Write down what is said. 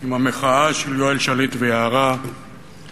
עם המחאה של יואל שליט ויערה חברתו,